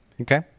okay